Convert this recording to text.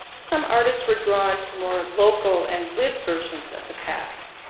some artists were drawn to more local and lived versions of the past,